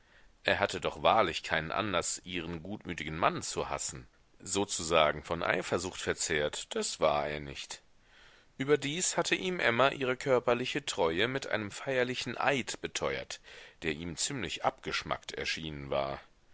er hatte doch wahrlich keinen anlaß ihren gutmütigen mann zu hassen sozusagen von eifersucht verzehrt das war er nicht überdies hatte ihm emma ihre körperliche treue mit einem feierlichen eid beteuert der ihm ziemlich abgeschmackt erschienen war